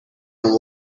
who